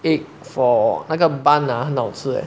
egg for 那个 bun ah 很好吃 leh